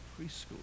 Preschool